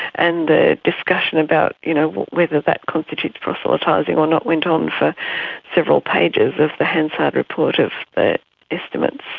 and the discussion about you know whether that constitutes proselytising or not went on for several pages of the hansard report of the estimates.